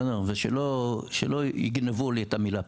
ושלא יגנבו לי את המילה פריפריה,